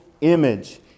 image